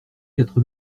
quatre